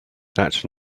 that